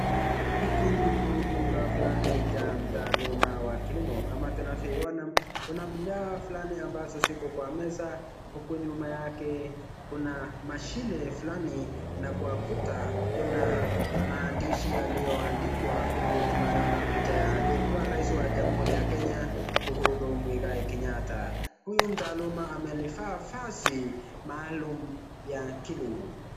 Hiki ni chumba Fulani wa mtaluma wa kilimo, kama tunavyo iona Kuna bidhaa Fulani ambazo ziko kwa meza, huku nyuma yake Kuna machine Fulani, na kwa Kuta Kuna maandishi yaliyo andikwa huku tunaiona picha ya aliye kuwa raising wa jamuhuri Kenya Uhuru Muigai Kenyatta. Huyu mtaluma amevaa vazi maalum ya kilimo.